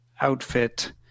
outfit